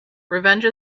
revenge